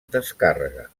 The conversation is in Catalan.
descàrrega